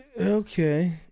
Okay